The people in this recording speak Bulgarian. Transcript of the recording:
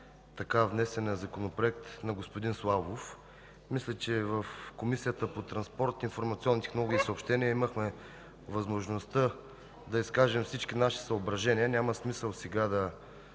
така внесения Законопроект на господин Славов. Мисля, че в Комисията по транспорт, информационни технологии и съобщения имахме възможността да изкажем всички наши съображения. Няма смисъл сега да